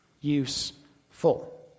useful